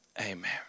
Amen